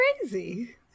crazy